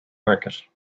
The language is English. market